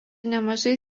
nemažai